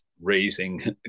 raising